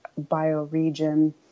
bioregion